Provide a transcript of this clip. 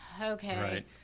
okay